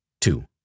Two